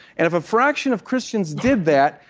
and if a fraction of christians did that,